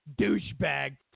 douchebag